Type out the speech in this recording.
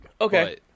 Okay